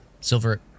Silver